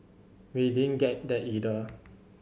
we didn't get that either